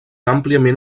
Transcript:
àmpliament